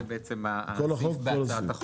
זה הסעיף בהצעת החוק.